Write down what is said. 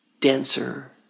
denser